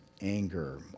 anger